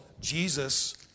Jesus